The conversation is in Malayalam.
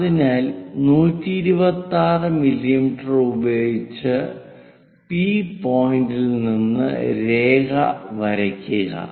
അതിനാൽ 126 മില്ലീമീറ്റർ ഉപയോഗിച്ച് P പോയിന്റിൽ നിന്ന് രേഖ വരയ്ക്കുക